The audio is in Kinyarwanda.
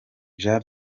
jean